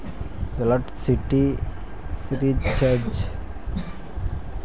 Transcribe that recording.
Electricity చార్జీలు bill మొత్తాన్ని debit card ద్వారా కట్టొచ్చా?